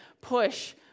push –